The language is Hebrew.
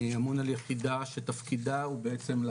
אני אמון על יחידה שתפקידה הוא בעצם,